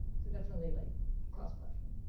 so definitely like cross platform.